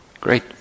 Great